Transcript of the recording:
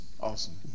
Awesome